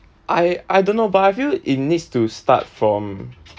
I I don't know but I feel it needs to start from